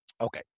Okay